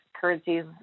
currencies